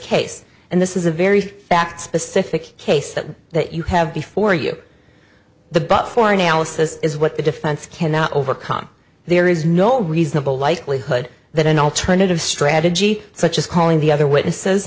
case and this is a very fact specific case that that you have before you the but for analysis is what the defense cannot overcome there is no reasonable likelihood that an alternative strategy such as calling the other witnesses